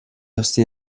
явсан